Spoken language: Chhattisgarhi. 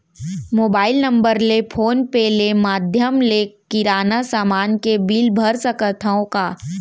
मोबाइल नम्बर ले फोन पे ले माधयम ले किराना समान के बिल भर सकथव का?